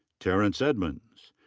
terrence edmonds.